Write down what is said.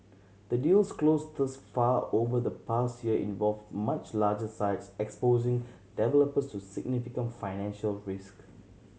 the deals closed thus far over the past year involved much larger sites exposing developers to significant financial risk